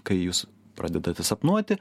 kai jūs pradedate sapnuoti